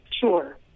Sure